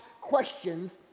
questions